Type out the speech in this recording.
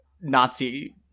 Nazi